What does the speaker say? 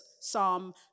Psalm